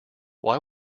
why